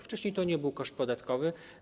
Wcześniej to nie był koszt podatkowy.